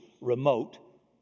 remote